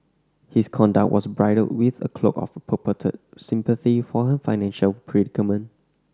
his conduct was bridled with a cloak of purported sympathy for her financial predicament